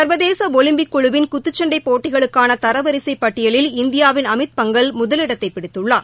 ச்வதேசஒலிம்பிக் குழுவின் குத்துச்சண்டைபோட்டிகளுக்கானதரவரிசைப் பட்டியலில் இந்தியாவின் அமித் பங்கல் முதலிடத்தைபிடித்துள்ளார்